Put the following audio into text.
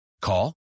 Call